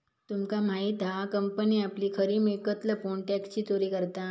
तुमका माहित हा कंपनी आपली खरी मिळकत लपवून टॅक्सची चोरी करता